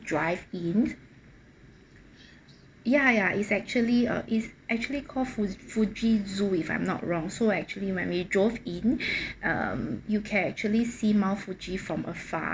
drive in ya ya is actually uh is actually called fu~ fuji zoo if I'm not wrong so actually when we drove in um you can actually see mount fuji from afar